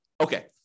Okay